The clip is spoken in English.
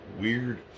weird